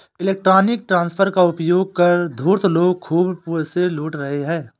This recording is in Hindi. इलेक्ट्रॉनिक ट्रांसफर का उपयोग कर धूर्त लोग खूब पैसे लूट रहे हैं